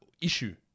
issue